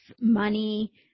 money